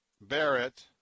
Barrett